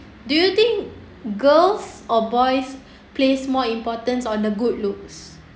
do you think girls or boys place more importance on the good looks